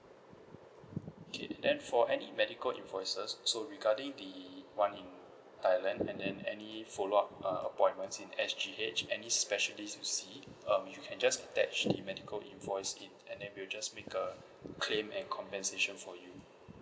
K then for any medical invoices so regarding the one in thailand and then any follow up uh appointment in S_G_H any specialist you see um you can just attach the medical invoice in and then we'll just make a claim and compensation for you